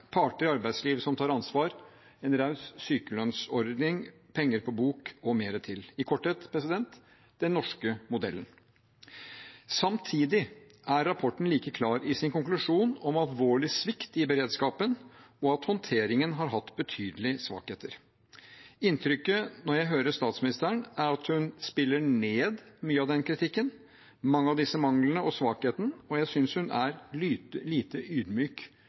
parter i arbeidslivet som tar ansvar, en raus sykelønnsordning, penger på bok og mer til – i korthet: den norske modellen. Samtidig er rapporten like klar i sin konklusjon om alvorlig svikt i beredskapen og at håndteringen har hatt betydelige svakheter. Inntrykket når jeg hører statsministeren, er at hun spiller ned mye av den kritikken, mange av disse manglene og svakheten, og jeg synes hun er lite ydmyk